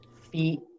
feet